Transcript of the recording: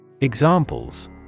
Examples